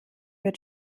wird